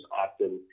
often